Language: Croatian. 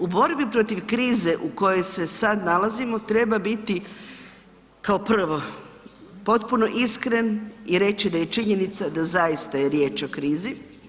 U borbi protiv krize u kojoj se sad nalazimo treba biti kao prvo, potpuno iskren i reći da je činjenica da zaista je riječ o krizi.